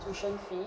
tuition fee